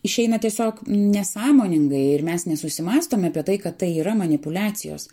išeina tiesiog nesąmoningai ir mes nesusimąstome apie tai kad tai yra manipuliacijos